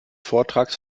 vortrages